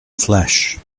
flesh